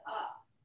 up